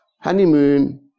honeymoon